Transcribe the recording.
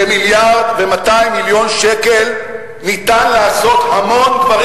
במיליארד ו-200 מיליון שקל ניתן לעשות המון דברים.